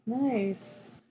Nice